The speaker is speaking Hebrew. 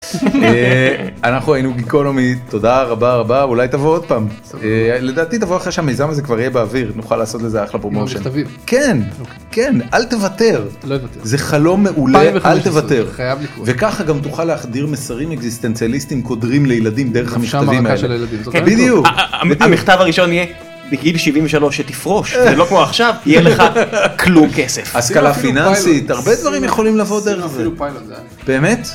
אנחנו היינו גיקונמי תודה רבה, רבה. אולי תבוא עוד פעם, לדעתי תבוא אחרי שהמיזם הזה כבר יהיה באוויר נוכל לעשות לזה אחלה פרומושן. כן, כן, אל תוותר זה חלום מעולה אל תוותר. וככה גם תוכל להחדיר מסרים אקזיסטנציאליסטים קודרים לילדים דרך המכתבים האלה. המכתב הראשון יהיה: בגיל 73 שתפרוש, לא כמו עכשיו, יהיה לך כלום כסף. השכלה פינאנסית הרבה דברים יכולים לבוא דרך זה. באמת.